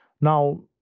Now